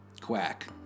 quack